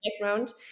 background